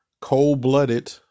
cold-blooded